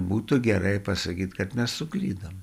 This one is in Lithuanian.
būtų gerai gerai pasakyt kad mes suklydome